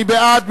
מי בעד?